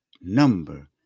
number